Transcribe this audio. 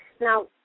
Now